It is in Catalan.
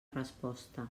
resposta